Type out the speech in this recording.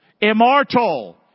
immortal